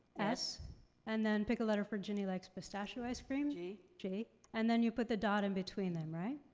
s and then pick a letter for ginny likes pistachio ice cream. g. g and then you put the dot in between them, right?